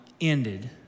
ended